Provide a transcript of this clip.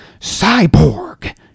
Cyborg